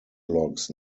blocks